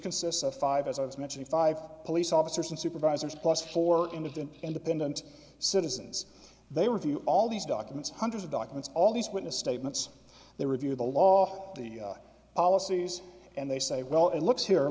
consists of five as i was mentioning five police officers and supervisors plus who are indigent and the pendent citizens they review all these documents hundreds of documents all these witness statements they review the law the policies and they say well it looks here